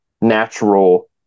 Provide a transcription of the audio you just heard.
natural